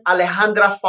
Alejandra